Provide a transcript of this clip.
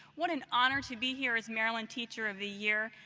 what an honor to be here as maryland teacher of the year,